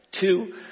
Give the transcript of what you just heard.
Two